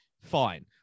fine